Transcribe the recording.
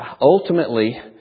ultimately